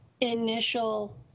initial